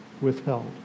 withheld